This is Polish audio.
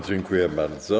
Dziękuję bardzo.